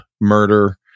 murder